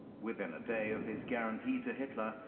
within a day of his guarantee to hitler,